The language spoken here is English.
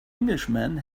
englishman